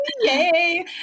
yay